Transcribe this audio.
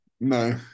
No